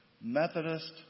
Methodist